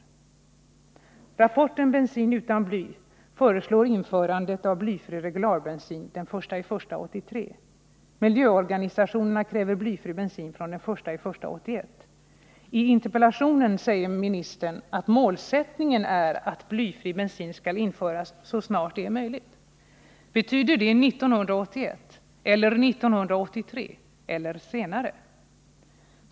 I rapporten Bensin utan bly föreslås införande av blyfri regularbensin den 1 januari 1983. Miljöorganisationerna kräver blyfri bensin fr.o.m. den 1 januari 1981. I interpellationssvaret säger statsrådet att målsättningen är att blyfri bensin skall införas så snart det är möjligt. Betyder det 1981, 1983, eller senare?